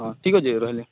ହଁ ଠିକ୍ ଅଛେ ରହେଲି